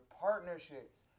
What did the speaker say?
partnerships